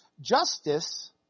Justice